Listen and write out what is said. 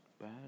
bad